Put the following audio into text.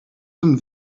some